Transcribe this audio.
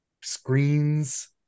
screens